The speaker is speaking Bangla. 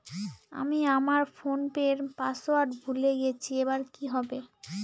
আমি আমার ফোনপের পাসওয়ার্ড ভুলে গেছি এবার কি হবে?